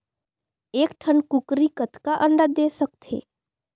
एक ठन कूकरी कतका अंडा दे सकथे?